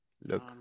Look